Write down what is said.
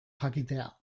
jakitea